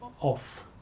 off